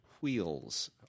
Wheels